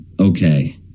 okay